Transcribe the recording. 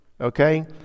Okay